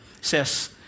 says